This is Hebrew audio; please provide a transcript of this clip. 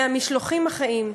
מהמשלוחים החיים.